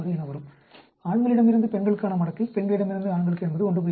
36 என வரும் ஆண்களிடமிருந்து பெண்களுக்கான மடக்கை பெண்களிடமிருந்து ஆண்களுக்கு என்பது 1